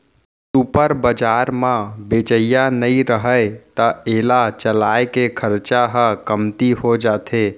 super बजार म बेचइया नइ रहय त एला चलाए के खरचा ह कमती हो जाथे